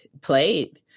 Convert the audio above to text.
played